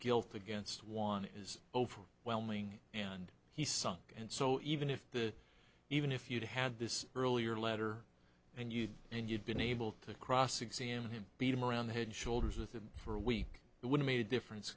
guilt against one is over whelming and he's sunk and so even if the even if you'd had this earlier letter and you and you'd been able to cross examine him beat him around the head and shoulders with him for a week the would've made a difference